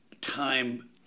time